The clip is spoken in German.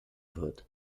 wird